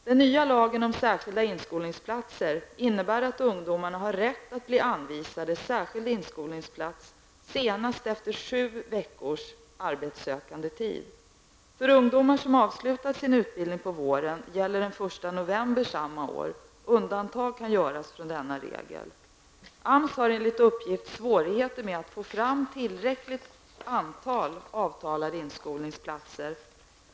Den nya lagen om särskilda inskolningsplatser innebär att ungdomarna har rätt att bli anvisade särskild inskolningsplats senast efter sju veckors arbetssökandetid. För ungdomar som avslutat sin utbildning på våren gäller den 1 november samma år. Undantag kan göras från denna regel. AMS har enligt uppgift svårigheter med att få fram tillräckligt antal avtalade inskolningsplatser.